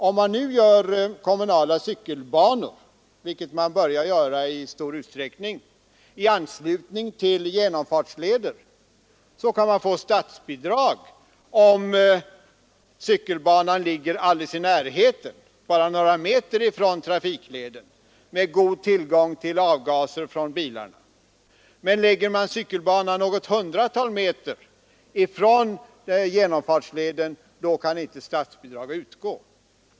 Om man nu anlägger kommunala cykelbanor — vilket man börjar göra i stor utsträckning — i anslutning till genomfartsleder, så kan man få statsbidrag ifall cykelbanan ligger alldeles i närheten av trafikleden — bara några meter från den, med god tillgång till avgaser från bilarna. Men lägger man cykelbanan något hundratal meter från genomfartsleden, då kan inte statsbidrag utgå.